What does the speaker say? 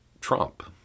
Trump